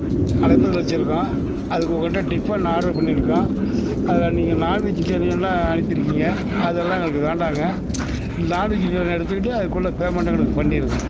அழைப்பிதல் வச்சுருக்கோம் அதுக்கு உங்கள்ட்ட டிஃபன் ஆர்டர் பண்ணியிருக்கோம் அதில் நீங்கள் நான்வெஜ்டேரியனில் அனுப்பியிருக்கீங்க அதெல்லாம் எங்களுக்கு வேண்டாங்க நான்வெஜ்டேரியன் எடுத்துக்கிட்டு அதுக்குள்ள பேமெண்ட்டை எங்களுக்கு பண்ணிடுங்க